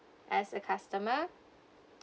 as a customer